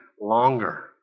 longer